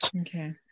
okay